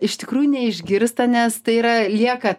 iš tikrųjų neišgirsta nes tai yra lieka